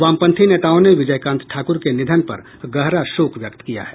वामपंथी नेताओं ने विजयकांत ठाकुर के निधन पर गहरा शोक व्यक्त किया है